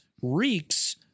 reeks